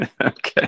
Okay